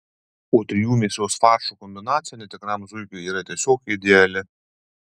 o trijų mėsos faršų kombinacija netikram zuikiui yra tiesiog ideali